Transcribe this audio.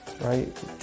Right